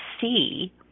see